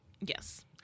Yes